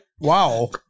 Wow